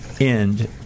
End